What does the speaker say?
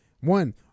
One